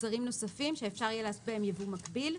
מוצרים נוספים שאפשר יהיה --- ייבוא מקביל,